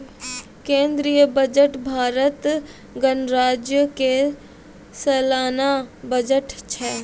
केंद्रीय बजट भारत गणराज्यो के सलाना बजट छै